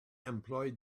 employed